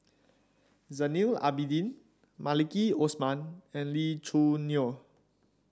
Zainal Abidin Maliki Osman and Lee Choo Neo